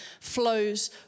flows